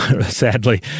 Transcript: sadly